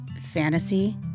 fantasy